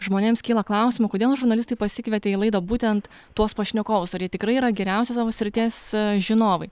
žmonėms kyla klausimų kodėl žurnalistai pasikvietė į laidą būtent tuos pašnekovus ar jie tikrai yra geriausi savo srities žinovai